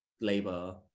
labor